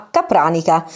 Capranica